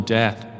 death